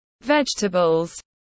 vegetables